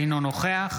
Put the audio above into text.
אינו נוכח